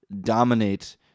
dominate